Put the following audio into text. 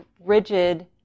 rigid